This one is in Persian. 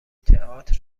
تئاتر